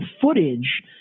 footage